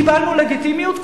קיבלנו לגיטימיות,